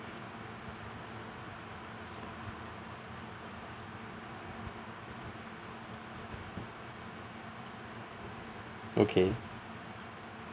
okay